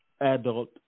Adult